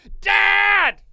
Dad